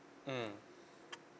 mmhmm